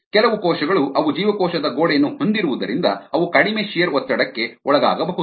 ಕೆಲವು ಕೋಶಗಳು ಅವು ಜೀವಕೋಶದ ಗೋಡೆಯನ್ನು ಹೊಂದಿರುವುದರಿಂದ ಅವು ಕಡಿಮೆ ಶಿಯರ್ ಒತ್ತಡಕ್ಕೆ ಒಳಗಾಗಬಹುದು